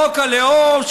חוק הלאום,